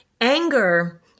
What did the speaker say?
anger